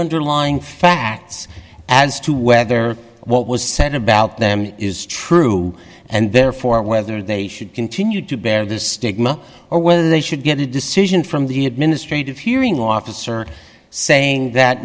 underlying facts as to whether what was said about them is true and therefore whether they should continue to bear the stigma or whether they should get a decision from the administrative hearing officer saying that